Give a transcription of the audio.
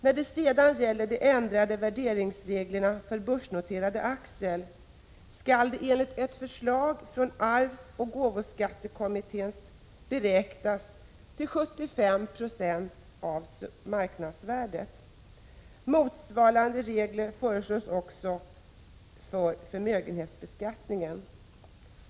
När det sedan gäller de ändrade värderingsreglerna för börsnoterade aktier skall de enligt ett förslag från arvsoch gåvoskattekommittén beräknas till 75 26 av marknadsvärdet. Motsvarande regel föreslås också för förmögenhetsbeskattning.